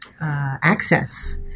access